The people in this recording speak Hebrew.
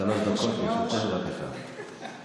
דקות לרשותך, בבקשה.